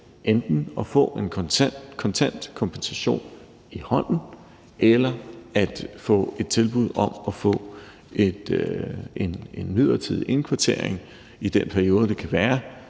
enten at få en kontant kompensation i hånden eller at få et tilbud om en midlertidig indkvartering i den periode, det kan være